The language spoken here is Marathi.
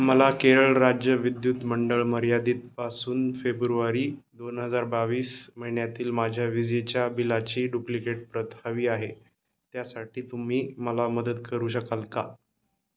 मला केरळ राज्य विद्युत मंडळ मर्यादीतपासून फेब्रुवारी दोन हजार बावीस महिन्यातील माझ्या विजेच्या बिलाची डुप्लिकेट प्रत हवी आहे त्यासाठी तुम्ही मला मदत करू शकाल का